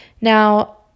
Now